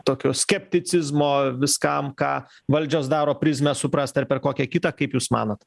tokio skepticizmo viskam ką valdžios daro prizmę suprast ar per kokią kitą kaip jūs manot